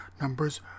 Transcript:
numbers